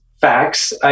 facts